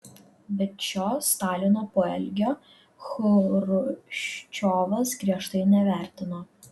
bet šio stalino poelgio chruščiovas griežtai nevertino